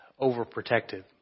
overprotective